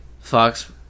Fox